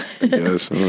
Yes